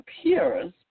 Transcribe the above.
appears